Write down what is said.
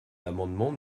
l’amendement